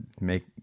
Make